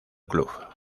club